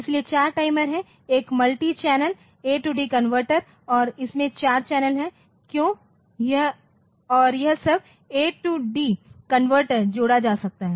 इसलिए 4 टाइमर हैं 1 multi channel A D converter AD converter और इसमें 4 चैनल हैं क्यों यह और यह सब A D converter AD converter जोड़ा जा सकता है